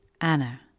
Anna